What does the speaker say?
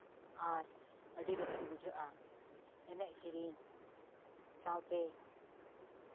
ᱟᱨ ᱟᱹᱰᱤ ᱨᱟᱹᱥᱠᱟᱹ ᱵᱩᱡᱷᱟᱹᱜᱼᱟ ᱮᱱᱮᱡ ᱥᱮᱨᱮᱧ ᱥᱟᱶᱛᱮ